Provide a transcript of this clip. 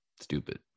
stupid